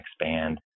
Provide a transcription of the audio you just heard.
expand